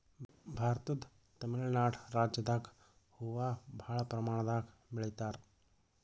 ಭಾರತದ್ ತಮಿಳ್ ನಾಡ್ ರಾಜ್ಯದಾಗ್ ಹೂವಾ ಭಾಳ್ ಪ್ರಮಾಣದಾಗ್ ಬೆಳಿತಾರ್